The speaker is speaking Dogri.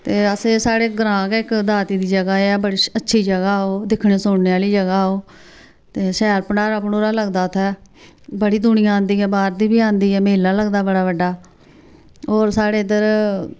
ते असें साढ़े ग्रांऽ गै इक दाती दी जगह् ऐ बड़ी अच्छी जगह् ओह् दिक्खने सुनने आह्ली जगह् ओह् ते शैल भंडारा भंडूरा लगदा उ'त्थें बड़ी दूनियां आंदी ऐ बाहर दी बी आंदी ऐ मेला लगदा बड़ा बड्डा होर साढ़े इद्धर